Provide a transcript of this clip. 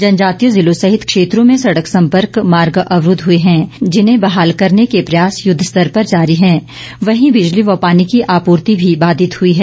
जनजातीय जिलों सहित कई क्षेत्रों में सड़क सम्पर्क मार्ग अवरूद्व हुए है जिन्हें बहाल करने के प्रयास युद्धस्तर पर जारी हैं वहीं बिजली व पानी की आपूर्ति भी बाधित हुई है